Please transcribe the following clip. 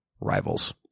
rivals